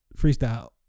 Freestyle